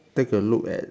take a look at